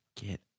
get